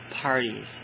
parties